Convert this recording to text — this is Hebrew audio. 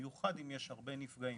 במיוחד אם יש הרבה נפגעים.